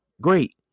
Great